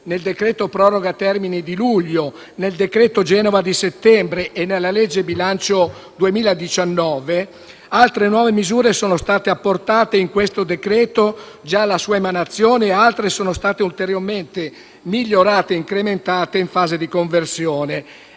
il decreto proroga termini di luglio, con il decreto per Genova di settembre e con la legge bilancio 2019, altre nuove misure sono state apportate in questo decreto, già alla sua emanazione, e altre sono state ulteriormente migliorate e incrementate in fase di conversione.